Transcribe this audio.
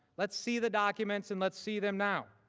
let's see the documents and let's see them now.